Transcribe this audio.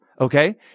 okay